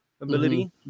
ability